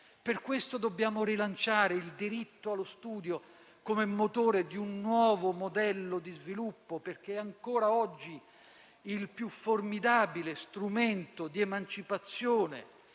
ragione dobbiamo rilanciare il diritto allo studio come motore di un nuovo modello di sviluppo perché ancora oggi è il più formidabile strumento di emancipazione